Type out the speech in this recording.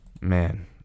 man